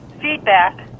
Feedback